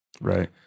Right